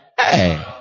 hey